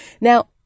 Now